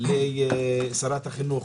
לשרת החינוך.